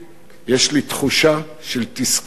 יש לי תחושה של תסכול קשה,